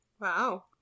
Wow